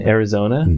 Arizona